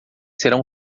serão